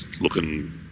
looking